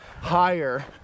higher